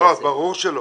ברור שלא.